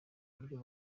buryo